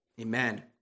Amen